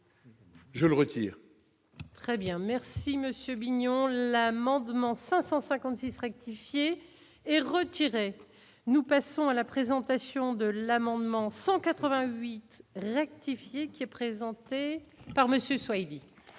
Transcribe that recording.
Je le retire. Très bien, merci Monsieur l'amendement 556 rectifier et retiré, nous passons à la présentation de l'amendement 188 rectifier qui est présenté par Monsieur